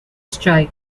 strike